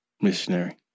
Missionary